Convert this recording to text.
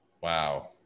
Wow